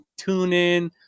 TuneIn